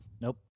nope